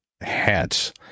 Hats